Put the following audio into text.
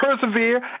Persevere